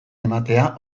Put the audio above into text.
ematea